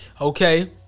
okay